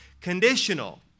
conditional